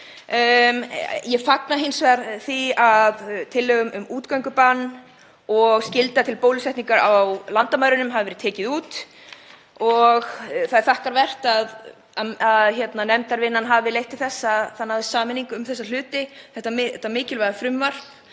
ég fagna hins vegar því að tillögur um útgöngubann og skyldu til bólusetningar á landamærunum hafi verið teknar út og það er þakkarvert að nefndarvinnan hafi leitt til þess að samstaða náðist um þessa hluti, þetta mikilvæga frumvarp,